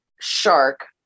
shark